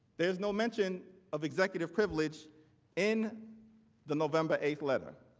there is no mention of executive privilege in the november eight letter,